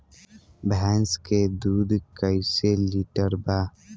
भैंस के दूध कईसे लीटर बा?